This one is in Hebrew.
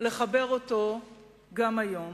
לחבר אותו גם היום.